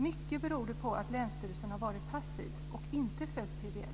Det beror i mycket på att länsstyrelsen har varit passiv och inte följt PBL.